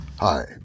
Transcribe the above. Hi